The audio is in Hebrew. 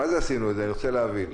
אני רוצה להבין.